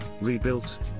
rebuilt